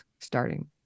starting